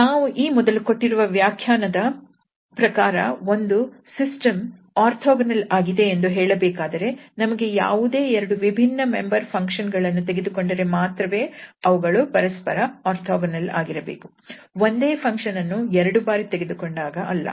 ನಾವು ಈ ಮೊದಲು ಕೊಟ್ಟಿರುವ ವ್ಯಾಖ್ಯಾನದ ಪ್ರಕಾರ ಒಂದು ಸಿಸ್ಟಮ್ ಓರ್ಥೋಗೊನಲ್ ಆಗಿದೆ ಎಂದು ಹೇಳಬೇಕಾದರೆ ನಾವು ಯಾವುದೇ ಎರಡು ವಿಭಿನ್ನ ಮೆಂಬರ್ ಫಂಕ್ಷನ್ ಗಳನ್ನು ತೆಗೆದುಕೊಂಡರೆ ಮಾತ್ರವೇ ಅವುಗಳು ಪರಸ್ಪರ ಓರ್ಥೋಗೊನಲ್ ಆಗಿರಬೇಕು ಒಂದೇ ಫಂಕ್ಷನ್ ಅನ್ನು ಎರಡು ಬಾರಿ ತೆಗೆದುಕೊಂಡಾಗ ಅಲ್ಲ